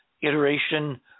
iteration